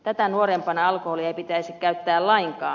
tätä nuorempana alkoholia ei pitäisi käyttää lainkaan